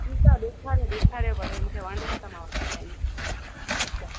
ॾिसा ॾेखारियो ॾेखारियो भले मूंखे वणंदो त मां वठी लाईंदमि ठीकु आहे